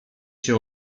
się